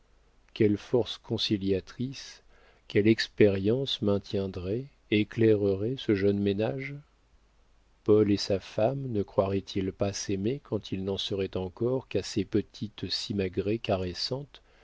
quelle force conciliatrice quelle expérience maintiendrait éclairerait ce jeune ménage paul et sa femme ne croiraient ils pas s'aimer quand ils n'en seraient encore qu'à ces petites simagrées caressantes